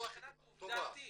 טובה.